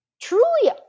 truly